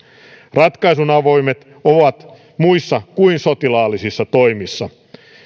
ratkaisun avaimet ovat muissa kuin sotilaallisissa toimissa